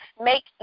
make